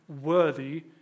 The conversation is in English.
worthy